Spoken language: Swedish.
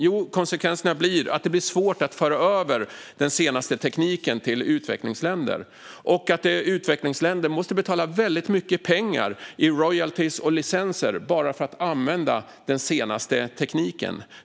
Jo, konsekvensen är att det blir svårt att föra över den senaste tekniken till utvecklingsländer samt att utvecklingsländer måste betala väldigt mycket pengar i royaltyer och licenser bara för att få använda den senaste tekniken.